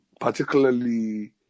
particularly